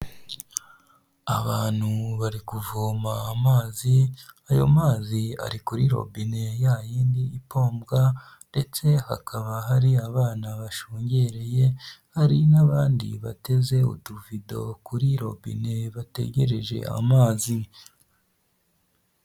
Abantu bari kuvoma amazi ayo mazi ari kuri robine ya yindi ipombwa ndetse hakaba hari abana bashungereye hari n'abandi bateze utubido kuri robine bategereje amazi.